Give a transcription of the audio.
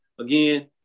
Again